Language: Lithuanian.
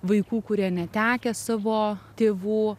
vaikų kurie netekę savo tėvų